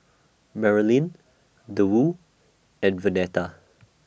Merilyn and Vernetta